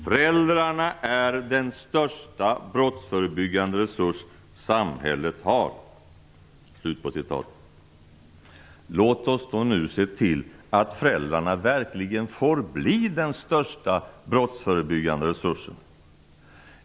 Föräldrarna är den största brottsförebyggande resurs samhället har." Låt oss nu se till att föräldrarna verkligen får bli den största brottsförebyggande resursen.